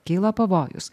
kyla pavojus